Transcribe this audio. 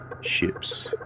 ships